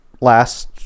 last